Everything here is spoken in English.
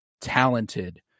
talented